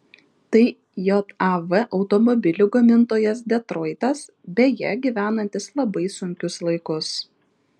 tai jav automobilių gamintojas detroitas beje gyvenantis labai sunkius laikus